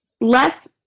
less